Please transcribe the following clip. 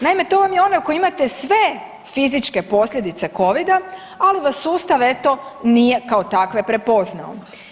Naime to vam je onaj u kojem imate sve fizičke posljedice Covida, ali vas sustav eto nije kao takve prepoznao.